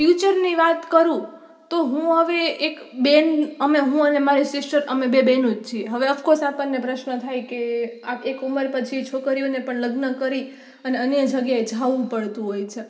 ફ્યુચરની વાત કરું તો હું હવે એક બેન અમે હું અને મારી સિસ્ટર અમે બે બહેનો જ છીએ એ હવે અફકોર્સ આપણને પ્રશ્ન થાય કે આ એક ઉંમર પછી છોકરીઓને પણ લગ્ન કરી અને અન્ય જગ્યાએ જવું પડતું હોય છે